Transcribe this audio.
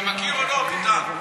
אתה מכיר או לא, ביטן?